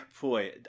boy